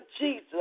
Jesus